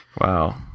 Wow